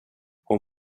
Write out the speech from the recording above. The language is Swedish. hon